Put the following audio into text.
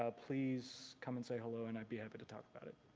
ah please come and say hello and i'd be happy to talk about it.